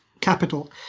Capital